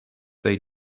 they